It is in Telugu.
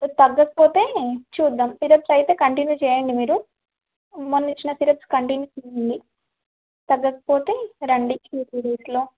తగ్గకపోతే చూద్దాం సిరప్స్ అయితే కంటిన్యూ చేయండి మీరు మొన్న ఇచ్చిన సిరప్స్ కంటిన్యూ చేయండి తగ్గకపోతే రండి టూ డేస్లో